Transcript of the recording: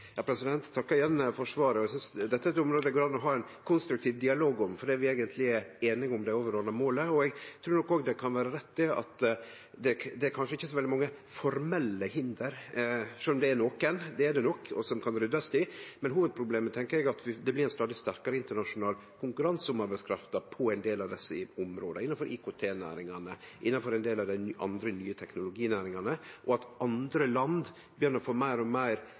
Eg takkar igjen for svaret. Dette området er det mogleg å ha ein konstruktiv dialog om, for vi er eigentleg einige om det overordna målet. Eg trur òg det kan vere rett at det kanskje ikkje er så veldig mange formelle hinder, sjølv om det nok er nokre som kan ryddast opp i. Eg tenkjer hovudproblemet er at det blir stadig sterkare internasjonal konkurranse om arbeidskrafta på ein del av desse områda – innanfor IKT-næringa, innanfor ein del av dei andre nye teknologinæringane – og at andre land begynner å få meir og meir